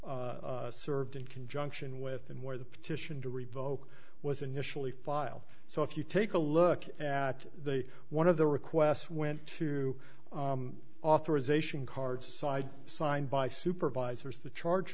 were served in conjunction with and where the petition to revoke was initially file so if you take a look at the one of the requests went to authorization card side signed by supervisors the charge